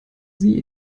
sie